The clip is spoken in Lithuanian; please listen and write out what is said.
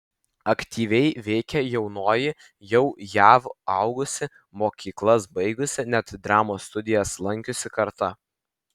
aktyviai veikė jaunoji jau jav augusi mokyklas baigusi net dramos studijas lankiusi karta